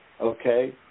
okay